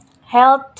health